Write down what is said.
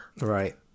right